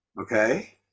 okay